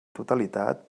totalitat